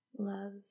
love